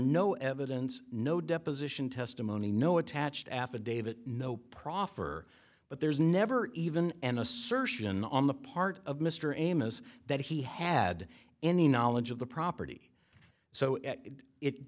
no evidence no deposition testimony no attached affidavit no proffer but there's never even an assertion on the part of mr amos that he had any knowledge of the property so it